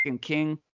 King